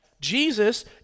Jesus